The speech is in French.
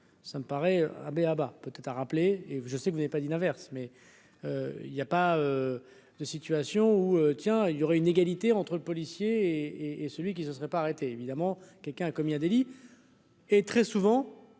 ça me paraît ah béaba peut-être a rappelé et je sais que vous avez pas d'une averse, mais il y a pas de situation où tiens, il y aurait une égalité entre policiers et celui qui se serait pas arrêté évidemment, quelqu'un a commis un délit. Et très souvent